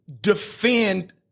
defend